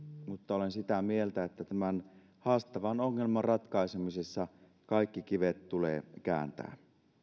mutta olen sitä mieltä että tämän haastavan ongelman ratkaisemisessa kaikki kivet tulee kääntää